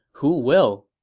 who will?